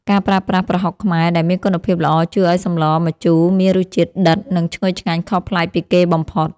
ការប្រើប្រាស់ប្រហុកខ្មែរដែលមានគុណភាពល្អជួយឱ្យសម្លម្ជូរមានរសជាតិដិត និងឈ្ងុយឆ្ងាញ់ខុសប្លែកពីគេបំផុត។